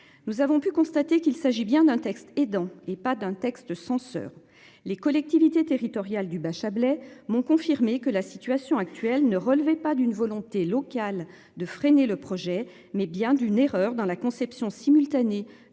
Nous avons pu constater qu'il s'agit bien d'un texte, et dans et pas d'un texte de censeur. Les collectivités territoriales du bas Chablais m'ont confirmé que la situation actuelle ne relevait pas d'une volonté locale de freiner le projet mais bien d'une erreur dans la conception simultanée